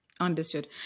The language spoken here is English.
Understood